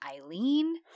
Eileen